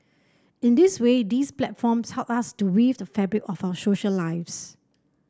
in this way these platforms help us to weave the fabric of our social lives